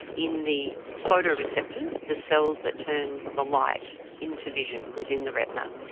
in the photoreceptors, the cells that turn the light into vision within the retina.